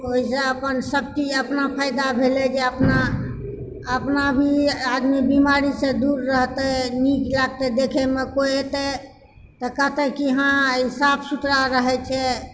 ओहिसॅं अपन सबचीज अपना फायदा भेलै जे अपना अपना भी आदमी बीमारी सऽ दूर रहतै नीक लागतै देखै मे कोइ एतै तऽ कहतै कि हँ साफ सुथरा रहै छै